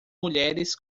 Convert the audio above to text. mulheres